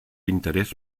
interés